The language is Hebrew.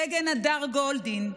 סגן הדר גולדין,